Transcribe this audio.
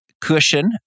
cushion